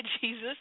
Jesus